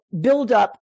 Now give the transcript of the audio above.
buildup